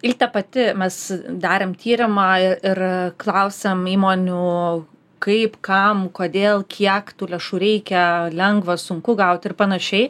ilte pati mes darėm tyrimą i ir klausėm įmonių kaip kam kodėl kiek tų lėšų reikia lengva sunku gaut ir panašiai